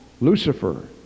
Lucifer